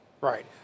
Right